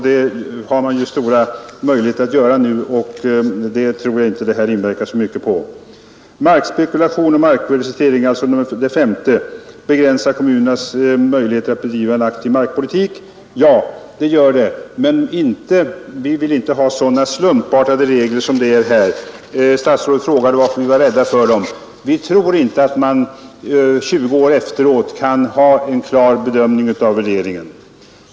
Nu har man stora möjligheter att planera öppet, och jag tror inte detta ärende inverkar så mycket på den frågan. För det femte begränsar markspekulation och markvärdestegring kommunernas möjligheter att bedriva en aktiv markpolitik. Ja, det är riktigt, men vi vill inte ha sådana slumpartade regler som här. Statsrådet frågade varför vi är rädda för dem. Vi tror inte att man 20 år efteråt kan ha en klar bedömning av värderingen.